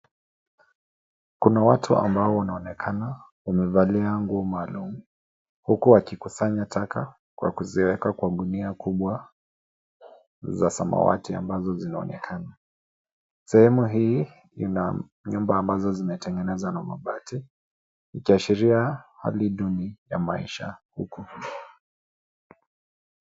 Kuna watu ambao wanaonekana wamevalia nguo maalum, huku wakikusanya taka kwa kuziweka kwa gunia kubwa za samawati ambazo zinaonekana. Sehemu hii ina nyumba ambazo zimetengenezwa na mabati, ikiashiria hali duni ya maisha huko.